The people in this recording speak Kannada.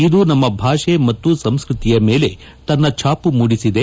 ಇದು ನಮ್ಮ ಭಾಷೆ ಮತ್ತು ಸಂಸ್ಟತಿಯ ಮೇಲೆ ತನ್ನ ಛಾಮ ಮೂಡಿಸಿದೆ